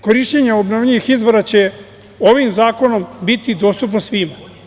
Korišćenje obnovljivih izvora će ovim zakonom biti dostupno svima.